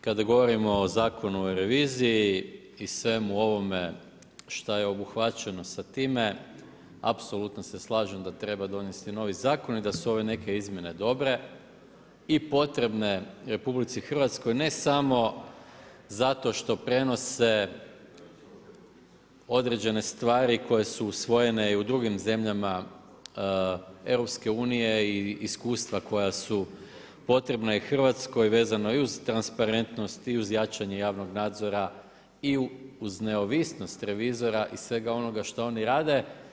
Kada govorimo o Zakonu o reviziji i svemu ovome što je obuhvaćeno sa time, apsolutno se slažem da treba donesti novi zakon i da su ove neke izmjene dobre i potrebne Republici Hrvatskoj ne samo zato što prenose određene stvari koje su usvojene i u drugim zemljama EU i iskustva koja su potrebna i Hrvatskoj vezano i uz transparentnost i uz jačanje javnog nadzora i uz neovisnost revizora i svega onoga što oni rade.